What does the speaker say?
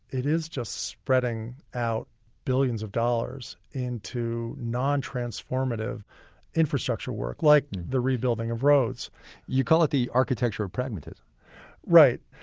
it is just spreading out billions of dollars into non-transformative infrastructure work, like the rebuilding of roads you call it the architecture of pragmatism right.